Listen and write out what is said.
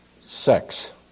sex